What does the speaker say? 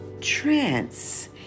trance